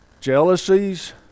jealousies